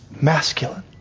masculine